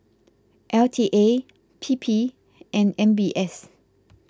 L T A P P and M B S